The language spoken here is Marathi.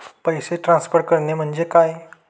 पैसे ट्रान्सफर करणे म्हणजे काय?